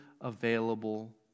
available